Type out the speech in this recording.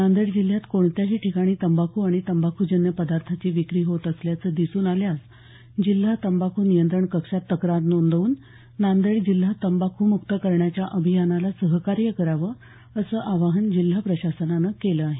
नांदेड जिल्ह्यात कोणत्याही ठिकाणी तंबाखू आणि तंबाखू जन्य पदार्थाची विक्री होत असल्याचं दिसून आल्यास जिल्हा तंबाखू नियंत्रण कक्षात तक्रार नोंदवून नांदेड जिल्हा तंबाखू मुक्त करण्याच्या अभियानाला सहकार्य करावं असं आवाहन जिल्हा प्रशासनानं केलं आहे